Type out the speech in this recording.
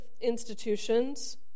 institutions